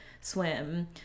swim